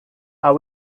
are